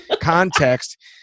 context